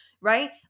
Right